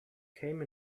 came